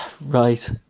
right